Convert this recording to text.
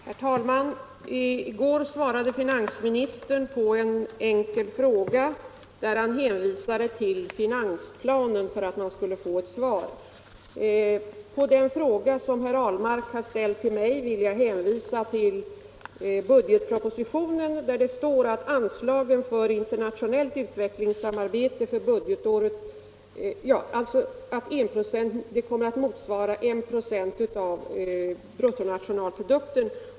Herr talman! I går svarade finansministern på en enkel fråga och hänvisade till finansplanen för att man skulle få ett besked. Som svar på den fråga herr Ahlmark ställt till mig vill jag hänvisa till budgetpropositionen, där det står att anslagen för internationellt utvecklingssamarbete kommer att motsvara 1 96 av bruttonationalprodukten.